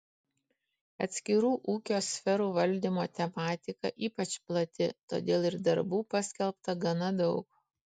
atskirų ūkio sferų valdymo tematika ypač plati todėl ir darbų paskelbta gana daug